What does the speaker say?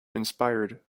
inspired